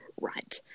Right